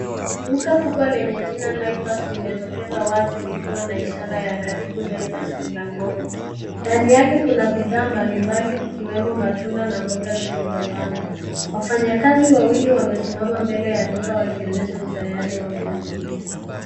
Duka kubwa lenye jina Naivas limetokeza wazi likiwa na ishara Karibu Naivas mlangoni. Ndani yake kuna bidha mbali mbali, ikiwemo matunda na mboga zilizopangwa. Wafanyakazi wawili wamesimama mbele ya duka wakionyesha utayari wa kuhudumia.